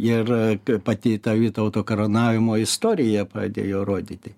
ir pati ta vytauto karūnavimo istorija pradėjo rodyti